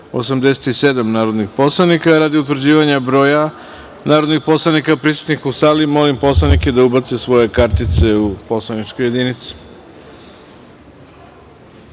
87 narodnih poslanika. Radi utvrđivanja broja narodnih poslanika prisutnih u sali, molim poslanike da ubace svoje identifikacione kartice